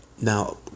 Now